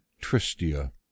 Tristia